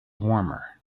warmer